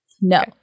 No